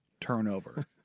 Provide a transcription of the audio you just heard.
turnover